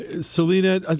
Selena